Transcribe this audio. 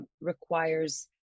requires